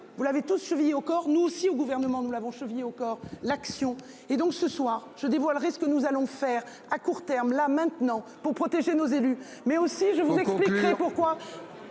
vous l'avez tous chevillée au corps, nous aussi, au gouvernement, nous l'avons chevillée au corps. L'action et donc ce soir. Je dévoilerai ce que nous allons faire à court terme là maintenant pour protéger nos élus, mais aussi je vous expliquerai pourquoi.